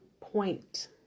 point